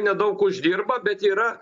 nedaug uždirba bet yra